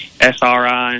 Sri